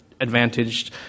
advantaged